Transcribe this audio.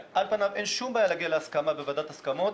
אבל על פניו אין שום בעיה להגיע להסכמה בוועדת ההסכמות